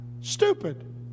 stupid